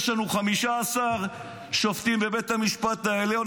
יש לנו 15 שופטים בבית המשפט העליון,